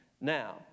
Now